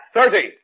Thirty